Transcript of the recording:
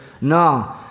No